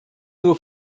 nur